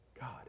God